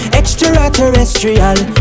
extraterrestrial